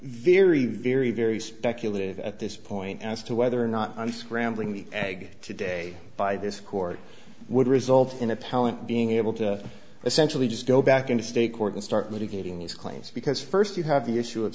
very very very speculative at this point as to whether or not i'm scrambling the egg today by this court would result in appellant being able to essentially just go back in to state court and start mitigating these claims because first you have the issue of